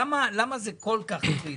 למה זה כל כך קריטי?